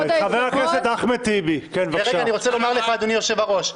אדוני יושב-הראש,